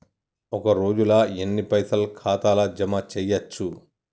ఒక రోజుల ఎన్ని పైసల్ ఖాతా ల జమ చేయచ్చు?